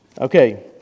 okay